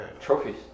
Trophies